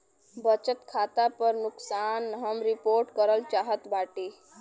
बचत खाता पर नुकसान हम रिपोर्ट करल चाहत बाटी